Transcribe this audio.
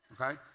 okay